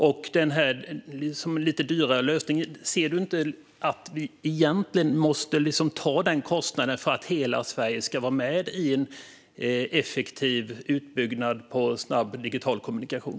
Ser du inte att vi måste ta kostnaden för den lite dyrare lösningen för att hela Sverige ska kunna vara med i en effektiv utbyggnad av snabb digital kommunikation?